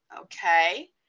Okay